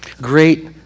great